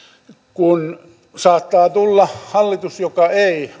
kun saattaa tulla hallitus joka ei